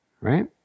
right